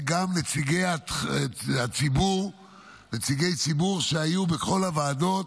גם נציגי ציבור שהיו בכל הוועדות,